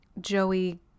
Joey